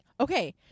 Okay